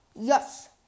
Yes